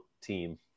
team